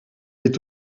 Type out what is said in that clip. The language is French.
est